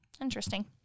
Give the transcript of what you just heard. Interesting